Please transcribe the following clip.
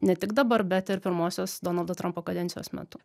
ne tik dabar bet ir pirmosios donaldo trampo kadencijos metu